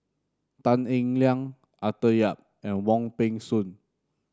Tan Eng Liang Arthur Yap and Wong Peng Soon